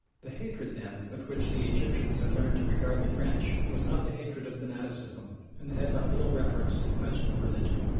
the hatred, then, with which the egyptians had learned to regard the french was not the hatred of fanaticism and had but little reference to the question of religion.